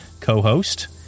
co-host